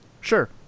sure